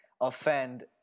offend